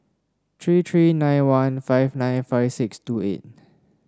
three three nine one five nine five six two eight